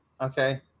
Okay